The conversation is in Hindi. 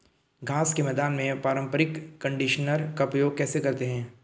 घास के मैदान में पारंपरिक कंडीशनर का प्रयोग कैसे करते हैं?